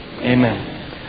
Amen